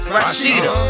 Rashida